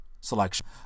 selection